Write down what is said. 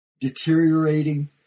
deteriorating